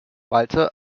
walter